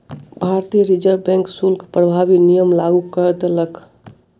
भारतीय reserve bank शुल्क प्रभावी नियम लागू कय देलक